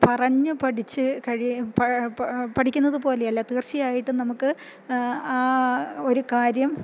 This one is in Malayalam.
പറഞ്ഞു പഠിച്ച് കഴി പഠിക്കുന്നത് പോലെയല്ലാ തീർച്ചയായിട്ടും നമുക്ക് ആ ഒരു കാര്യം